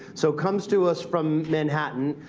so comes to us from manhattan,